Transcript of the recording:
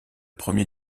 premier